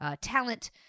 talent